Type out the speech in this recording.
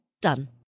done